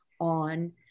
on